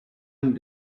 and